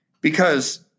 because-